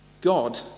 God